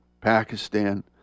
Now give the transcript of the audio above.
Pakistan